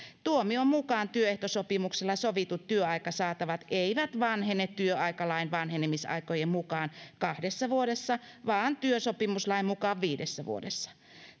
tuomion mukaan työehtosopimuksella sovitut työaikasaatavat eivät vanhene työaikalain vanhenemisaikojen mukaan kahdessa vuodessa vaan työsopimuslain mukaan viidessä vuodessa